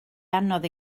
anodd